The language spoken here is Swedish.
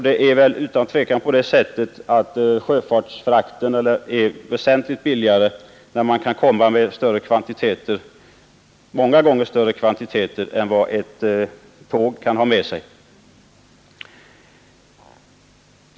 Det är utan tvekan på det sättet att sjöfrakterna är väsentligt billigare när man kan komma med många gånger större kvantiteter än vad ett tåg kan ha med sig.